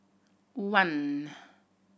one